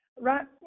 right